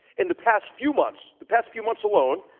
in the past few months, the past few months alone,